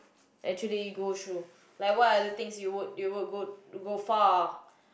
actually it goes through like what are the things you would you would go go far